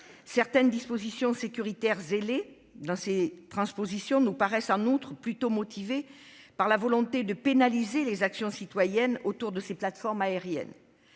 certaines dispositions sécuritaires, fruits d'un certain zèle, nous paraissent en outre motivées par une volonté de pénaliser les actions citoyennes autour de ces plateformes aériennes.